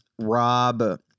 Rob